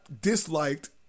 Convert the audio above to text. disliked